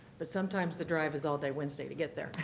but sometimes the drive is all day wednesday to get there.